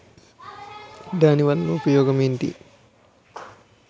దాని వల్ల ఉపయోగం ఎంటి?